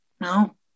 no